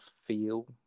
feel